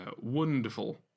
wonderful